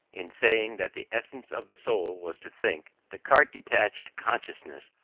in saying that the essence of the soul was to think, descartes detached consciousness,